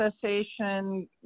cessation